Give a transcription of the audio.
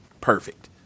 perfect